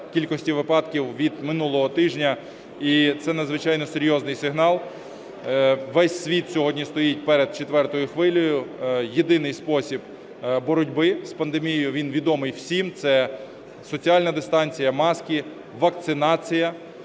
кількості випадків від минулого тижня, і це надзвичайно серйозний сигнал. Весь світ сьогодні стоїть перед четвертою хвилею. Єдиний спосіб боротьби з пандемією, він відомий всім – це соціальна дистанція, маски, вакцинація.